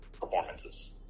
Performances